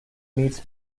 meets